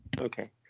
Okay